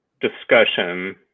discussion